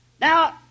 Now